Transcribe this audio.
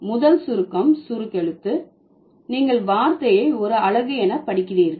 முதல் சுருக்கம் சுருக்கெழுத்து நீங்கள் வார்த்தையை ஒரு அலகு என படிக்கிறீர்கள்